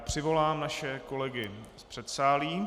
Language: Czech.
Přivolám naše kolegy z předsálí.